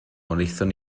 wnaethon